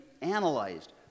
analyzed